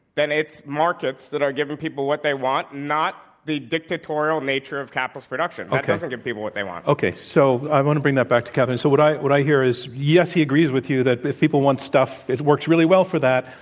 then it's markets that are giving people what they want, not the dictatorial nature of capitalist production. okay. that doesn't give people what they want. okay. so i want to bring that back to katherine. so what i what i hear is, yes, he agrees with you that if people want stuff, it works really well for that.